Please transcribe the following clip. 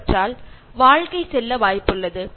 കുറച്ചു പഴയ മറ്റൊരു സിനിമയുണ്ട്